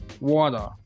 water